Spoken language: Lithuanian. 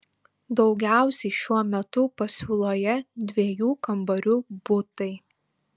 daugiausiai šiuo metu pasiūloje dviejų kambarių butai